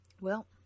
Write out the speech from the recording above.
Well